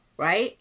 Right